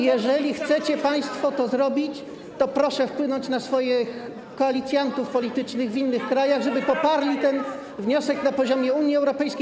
Jeżeli chcecie państwo to zrobić, to proszę wpłynąć na swoich koalicjantów politycznych w innych krajach, żeby poprali ten wniosek na poziomie Unii Europejskiej.